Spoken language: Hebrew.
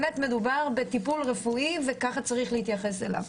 מדובר בטיפול רפואי, וככה צריך להתייחס אליו.